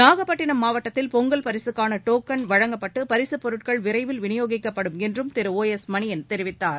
நாகப்பட்டினம் மாவட்டத்தில் பொங்கல் பரிசுக்கான டோக்கன் வழங்கப்பட்டு பரிசுப் பொருட்கள் விரைவில் விநியோகிக்கப்படும் என்றும் திரு ஓ எஸ் மணியன் தெரிவித்தார்